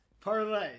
Parlay